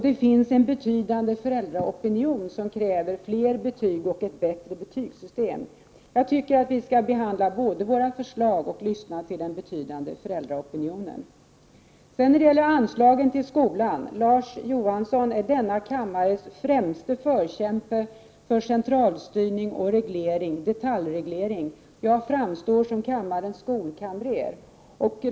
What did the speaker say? Det finns en betydande föräldraopinion som kräver fler betyg och ett bättre betygssystem. Jag tycker att man skall både behandla våra förslag och lyssna till den betydande föräldraopinionen. När det gäller anslagen till skolan är Larz Johansson denna kammares främste förkämpe för centralstyrning och detaljreglering. Han framstår som kammarens skolkamrer.